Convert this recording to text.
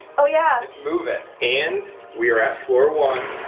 ah yeah it's moving. and we are at floor one.